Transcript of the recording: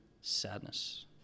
sadness